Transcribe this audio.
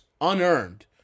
unearned